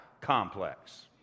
Complex